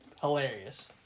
hilarious